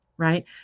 Right